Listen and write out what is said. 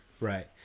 right